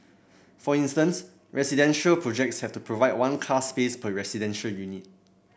for instance residential projects have to provide one car space per residential unit